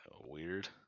Weird